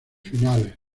finales